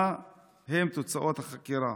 1. מהן תוצאות החקירה?